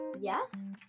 Yes